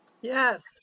Yes